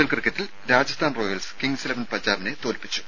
L ക്രിക്കറ്റിൽ Rajasthan Royals Kings Eleven പഞ്ചാബിനെ തോൽപ്പിച്ചു